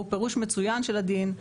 הוא פירוש מצוין של הדין.